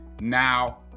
Now